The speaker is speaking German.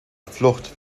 flucht